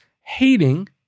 hating